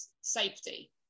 safety